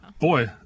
Boy